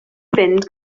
fynd